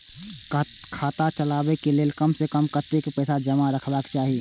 खाता चलावै कै लैल कम से कम कतेक पैसा जमा रखवा चाहि